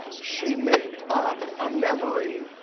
she made up a memory